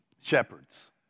shepherds